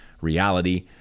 reality